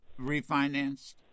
refinanced